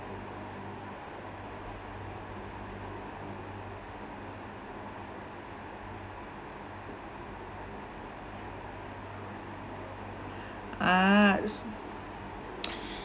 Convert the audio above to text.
ah it's